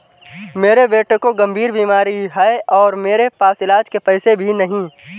मेरे बेटे को गंभीर बीमारी है और मेरे पास इलाज के पैसे भी नहीं